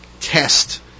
test